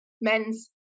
men's